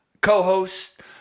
Co-host